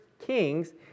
Kings